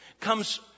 comes